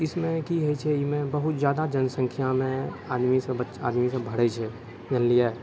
इसमे कि होइ छै एहिमे बहुत ज्यादा जनसंख्यामे आदमीसब आदमीसब भरै छै जानलिए